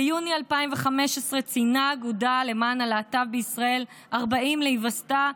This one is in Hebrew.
ביוני 2015 ציינה האגודה למען הלהט"ב בישראל 40 להיווסדה,